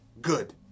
good